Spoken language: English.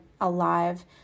alive